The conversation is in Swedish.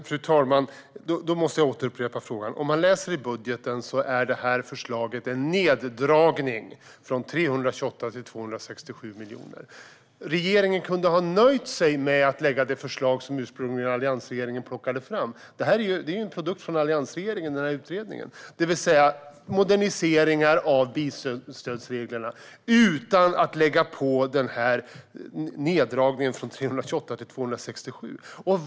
Fru talman! Jag måste upprepa frågan. När man läser i budgeten ser man att förslaget är en neddragning från 328 till 267 miljoner. Regeringen kunde ha nöjt sig med att lägga fram det förslag som alliansregeringen ursprungligen tog fram. Utredningen är en produkt från alliansregeringen. Regeringen kunde ha föreslagit moderniseringar av bilstödsreglerna utan att göra en neddragning från 328 till 267 miljoner.